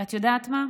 ואת יודעת מה,